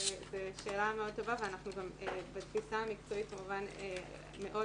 זו שאלה מאוד טובה ואנחנו גם בתפיסה המקצועית כמובן מאוד